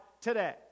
today